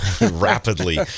Rapidly